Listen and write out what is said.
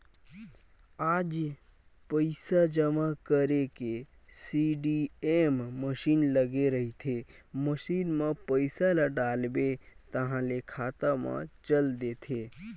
आज पइसा जमा करे के सीडीएम मसीन लगे रहिथे, मसीन म पइसा ल डालबे ताहाँले खाता म चल देथे